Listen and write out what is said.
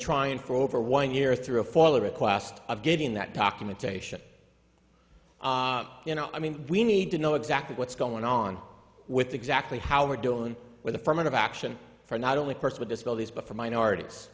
trying for over one year through a follow request of getting that documentation you know i mean we need to know exactly what's going on with exactly how we're doing with affirmative action for not only course with disability but for minorities